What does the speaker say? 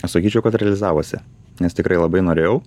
sakyčiau kad realizavosi nes tikrai labai norėjau